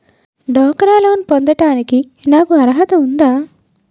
డ్వాక్రా లోన్ పొందటానికి నాకు అర్హత ఉందా?